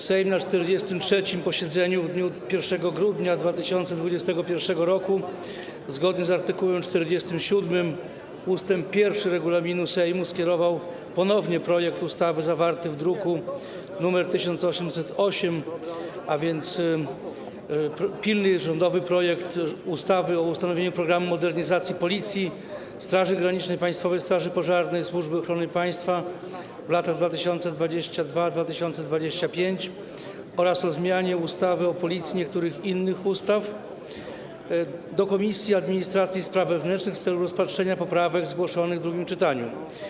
Sejm na 43. posiedzeniu w dniu 1 grudnia 2021 r. zgodnie z art. 47 ust. 1 regulaminu Sejmu skierował ponownie projekt ustawy zawarty w druku nr 1808, a więc pilny rządowy projekt ustawy o ustanowieniu „Programu modernizacji Policji, Straży Granicznej, Państwowej Straży Pożarnej i Służby Ochrony Państwa w latach 2022-2025” oraz o zmianie ustawy o Policji i niektórych innych ustaw, do Komisji Administracji i Spraw Wewnętrznych w celu rozpatrzenia poprawek zgłoszonych w drugim czytaniu.